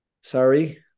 sorry